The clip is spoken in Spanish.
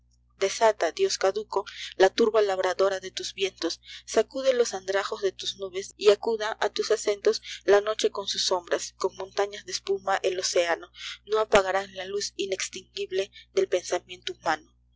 desata dios cáduco la turba ladradora de tus vientos sacude los andrajos de tus nubes y acuda á tus acentos la noche con sus sombras con montañas de espuma el oceano no apagarán la luz inestinguible del pensamiento humano